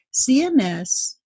CMS